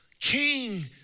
king